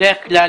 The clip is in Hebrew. בדרך כלל,